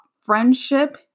friendship